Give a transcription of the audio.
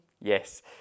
Yes